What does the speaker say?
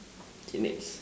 teenage